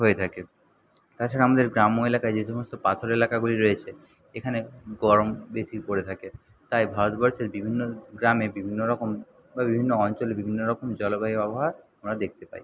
হয়ে থাকে তাছাড়া আমাদের গ্রাম্য এলাকায় যে সমস্ত পাথুরে এলাকাগুলি রয়েছে এখানে গরম বেশি পড়ে থাকে তাই ভারতবর্ষের বিভিন্ন গ্রামে বিভিন্নরকম বা বিভিন্ন অঞ্চলে বিভিন্নরকম জলবায়ু আবহাওয়া আমরা দেখতে পাই